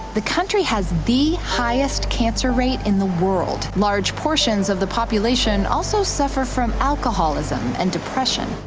the country has the highest cancer rate in the world. large portions of the population also suffer from alcoholism and depression.